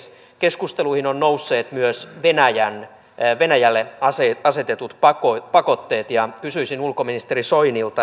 keskusteluihin ovat nousseet myös venäjälle asetetut pakotteet ja kysyisin ulkoministeri soinilta